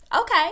Okay